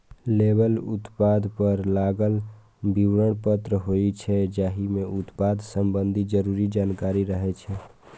label उत्पाद पर लागल विवरण पत्र होइ छै, जाहि मे उत्पाद संबंधी जरूरी जानकारी रहै छै